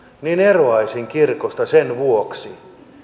niin eroaisin kirkosta sen vuoksi